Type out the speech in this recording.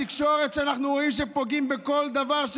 התקשורת, שאנחנו רואים שכשפוגעים בכל דבר,